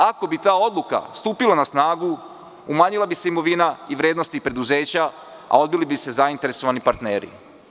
Ako bi ta odluka stupila na snagu, umanjila bi se imovina i vrednost tih preduzeća, a odbili bi se zainteresovani partneri.